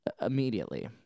immediately